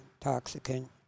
toxicant